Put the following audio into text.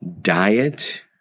diet